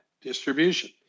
distribution